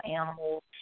animals